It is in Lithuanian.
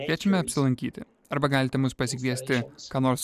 kviečiame apsilankyti arba galite mus pasikviesti ką nors